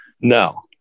no